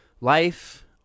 life